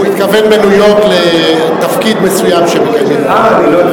הוא התכוון בניו-יורק לתפקיד מסוים שמקדמים אותו.